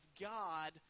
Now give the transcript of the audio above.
God